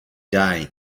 day